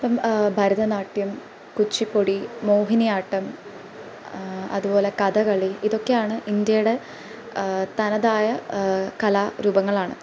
ഇപ്പം ഭരതനാട്യം കുച്ചിപ്പുടി മോഹിനിയാട്ടം അത്പോലെ കഥകളി ഇതൊക്കെയാണ് ഇന്ഡ്യയുടെ തനതായ കലാരൂപങ്ങളാണ്